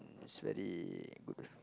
it's very good